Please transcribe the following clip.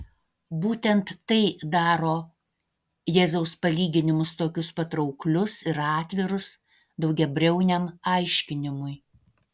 būtent tai daro jėzaus palyginimus tokius patrauklius ir atvirus daugiabriauniam aiškinimui